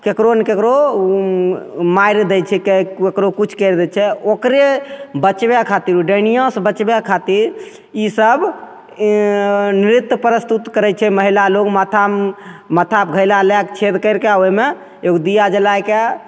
ककरो नहि ककरो ओ मारि दै छिकै ककरो किछु करि दै छै ओकरे बचबै खातिर ओ डैनिआँसे बचबै खातिर ईसब ई नृत्य प्रस्तुत करै छै महिला लोक माथा माथापर घैला लैके छेद करिके ओहिमे एगो दीया जलैके छेद